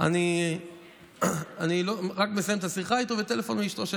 אני שואל אותו: